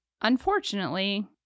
Unfortunately